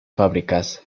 fábricas